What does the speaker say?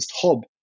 hub